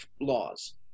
laws